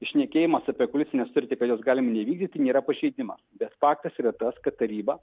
šnekėjimas apie koalicinę sutartį kad jos galim neįvykdyt nėra pažeidimas bet faktas yra tas kad taryba